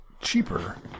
cheaper